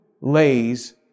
lays